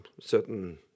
certain